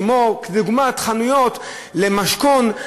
דוגמת חנויות למשכון,